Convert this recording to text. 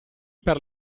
per